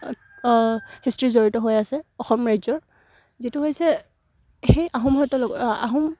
history জড়িত হৈ আছে অসম ৰাজ্যৰ যিটো হৈছে সেই আহোম সৈতে লগ আহোম